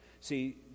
see